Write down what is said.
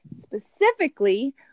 Specifically